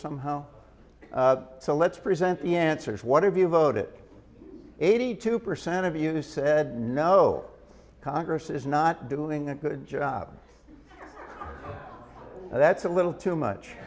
somehow so let's present the answers what have you voted eighty two percent of you said no congress is not doing a good job that's a little too much